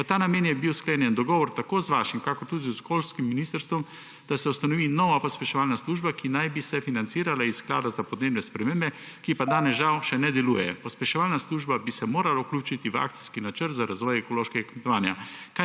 ta namen je bil sklenjen dogovor tako z vašim kakor tudi z okoljskim ministrstvom, da se ustanovi nova pospeševalna služba, ki naj bi se financirala iz Sklada za podnebne spremembe, ki pa danes žal še ne deluje. Pospeševalna služba bi se morala vključiti v Akcijski načrt za razvoj ekološkega kmetovanja.